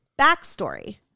Backstory